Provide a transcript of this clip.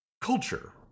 Culture